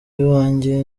iwanjye